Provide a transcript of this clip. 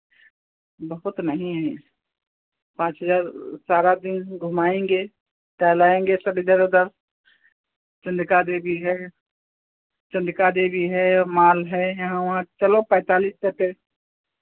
बहुत नहीं है पाँच हज़ार सारा दिन घुमाएंगे टहलाएंगे सब इधर उधर चन्द्रिका देवी है चन्द्रिका देवी है मॉल है यहाँ वहां चलो पैंतालिस पे तय